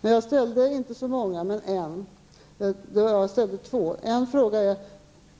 Jag ställde inte så många frågor, endast två. Den första gäller: